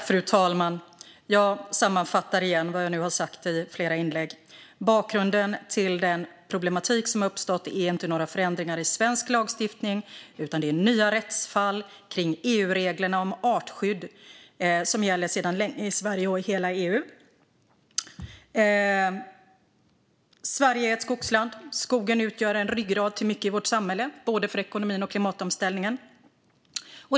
Fru talman! Jag sammanfattar igen vad jag nu har sagt i flera inlägg. Bakgrunden till den problematik som har uppstått är inte några förändringar i svensk lagstiftning utan nya rättsfall kring EU-reglerna om artskydd, som sedan länge gäller i Sverige och i hela EU. Sverige är ett skogsland. Skogen utgör en ryggrad för mycket i vårt samhälle, både ekonomin och klimatomställningen.